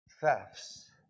thefts